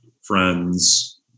friends